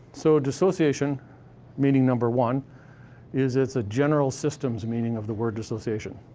so dissociation meaning number one is it's a general systems meaning of the word dissociation.